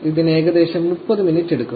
ഇതിന് ഏകദേശം 30 മിനിറ്റ് എടുക്കും